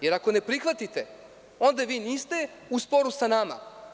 Jer ako ne prihvatite, onda vi niste u sporu sa nama.